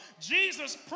Jesus